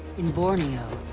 in borneo,